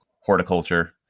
horticulture